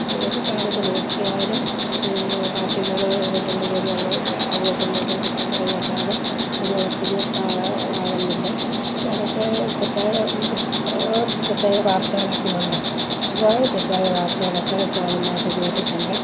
ഇപ്പം ഏതു ചാനൽ നോക്കിയാലും പാർട്ടികൾ ഇവർ രണ്ടു പേരും അങ്ങോ വയാ അങ്ങോട്ടും ഇഞ്ഞോട്ടും കുറ്റം പറയുമല്ലാതെ ഒരു ഒത്തു തീർപ്പാകാൻ ആകുന്നില്ല പക്ഷെ അതൊക്കെ തെറ്റായ ഇഷ് എത്രയോ തെറ്റായ വർത്തകളൊക്കെ ഉണ്ട് ഒരുപാട് തെറ്റായ വർത്തകളൊക്കെ ചാനലിനകത്തു കേട്ടിട്ടുണ്ട്